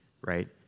right